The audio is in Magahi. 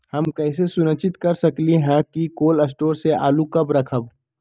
हम कैसे सुनिश्चित कर सकली ह कि कोल शटोर से आलू कब रखब?